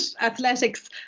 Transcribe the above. athletics